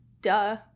duh